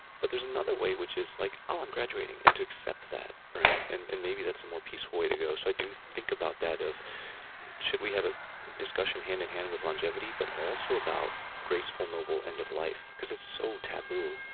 but there's another way which is like, oh, i'm graduating and to accept that, right? and and maybe that's a more peaceful way to go. so, i do think about that of should we have a discussion hand in hand with longevity but also about graceful noble end of life because it's so taboo.